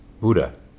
Buddha